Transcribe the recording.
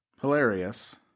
Hilarious